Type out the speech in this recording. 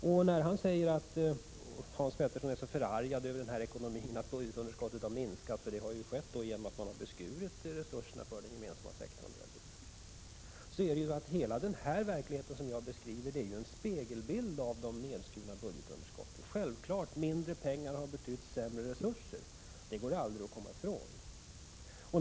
Finansministern säger att Hans Petersson är förargad över ekonomin och för att underskottet har minskat. Det har ju skett genom att man beskurit resurserna för den gemensamma sektorn. Då är ju den verklighet som jag beskriver en spegelbild av de nedskurna budgetunderskotten. Självfallet har mindre pengar betytt sämre resurser. Det kan vi aldrig komma ifrån.